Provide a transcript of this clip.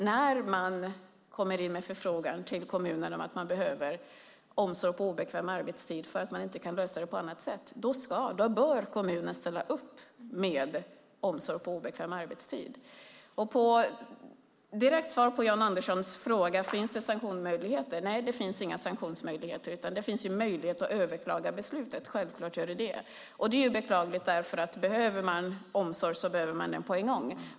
När man kommer in med en förfrågan till kommunen om att man behöver omsorg på obekväm arbetstid för att man inte kan lösa det på annat sätt, då bör kommunen ställa upp med omsorg på obekväm arbetstid. Ett direkt svar på Johan Anderssons fråga om det finns sanktionsmöjligheter är: Nej, det finns inga sanktionsmöjligheter, men det finns självfallet möjlighet att överklaga beslutet. Det är beklagligt, för om man behöver omsorg behöver man den på en gång.